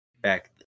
back